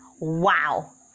wow